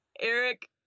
eric